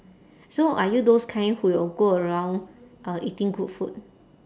so are you those kind who will go around uh eating good food